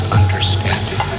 understanding